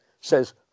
says